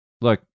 look